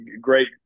great